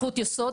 זכות יסוד,